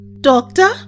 Doctor